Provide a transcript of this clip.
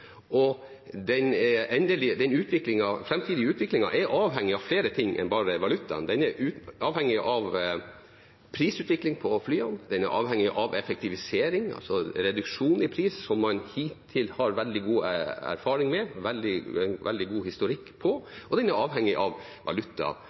Den framtidige utviklingen er avhengig av flere ting enn bare valutaen. Den er avhengig av prisutvikling på flyene, den er avhengig av effektivisering – altså reduksjon i pris, som man hittil har veldig god erfaring med og veldig god historikk på